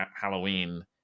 Halloween